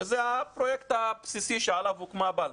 שזה הפרויקט הבסיסי שעליו הוקמה בל"ד,